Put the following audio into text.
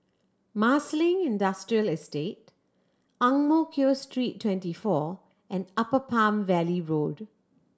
Marsiling Industrial Estate Ang Mo Kio Street Twenty four and Upper Palm Valley Road